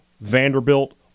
Vanderbilt